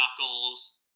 Knuckles